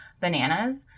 bananas